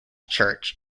church